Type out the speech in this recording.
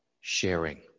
sharing